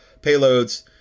payloads